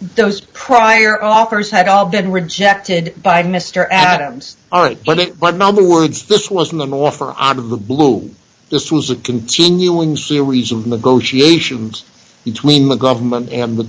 those prior offers had all been rejected by mr adams art but it but number words this wasn't an offer out of the blue this was a continuing series of negotiations between the government and the